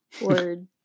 Word